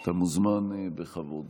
אתה מוזמן בכבוד.